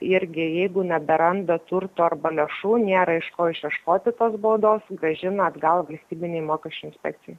irgi jeigu neberanda turto arba lėšų nėra iš ko išieškoti tos baudos grąžina atgal valstybinei mokesčių inspekcijai